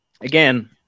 again